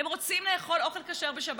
הם רוצים לאכול אוכל כשר בשבת.